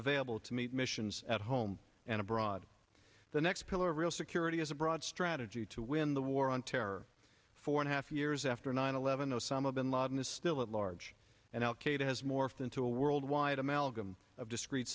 available to meet missions at home and abroad the next pillar real security is a broad strategy to win the war on terror four and a half years after nine eleven osama bin laden is still at large and al qaeda has morphed into a worldwide amalgam of discre